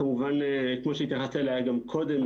כמו שהתייחסת אליה גם קודם,